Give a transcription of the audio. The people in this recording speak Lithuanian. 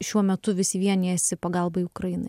šiuo metu visi vienijasi pagalbai ukrainai